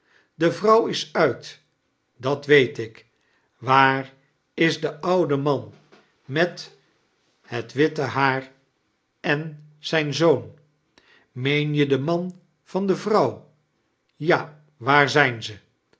de vrouw is uit i at weet ik waar is de oude man met het witte haar en zijn zoon meen je den man van de vrouw ja waar zijn ze